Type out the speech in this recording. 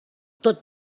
tot